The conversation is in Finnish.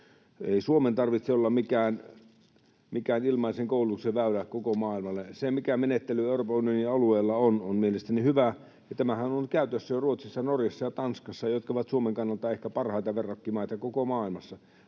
Ei Suomen tarvitse olla mikään ilmaisen koulutuksen väylä koko maailmalle. Se menettely, mikä Euroopan unionin alueella on, on mielestäni hyvä, ja tämähän on ollut käytössä jo Ruotsissa, Norjassa ja Tanskassa, jotka ovat Suomen kannalta ehkä parhaita verrokkimaita koko maailmassa: